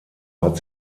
hat